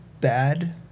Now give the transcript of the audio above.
bad